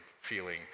feeling